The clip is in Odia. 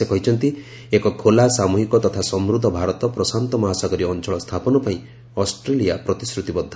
ସେ କହିଛନ୍ତି ଏକ ଖୋଲା ସାମୃହିକ ତଥା ସମୃଦ୍ଧ ଭାରତ ପ୍ରଶାନ୍ତମହାସାଗରୀୟ ଅଚଳ ସ୍ଥାପନ ପାଇଁ ଅଷ୍ଟ୍ରେଲିଆ ପ୍ରତିଶ୍ରତିବଦ୍ଧ